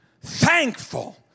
thankful